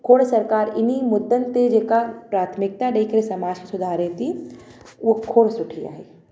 खोड़ सरकारि इन ई मुदनि ते जेका प्राथमिकता ॾेई करे समाज खे सुधारे थी उहा खोड़ सुठी आहे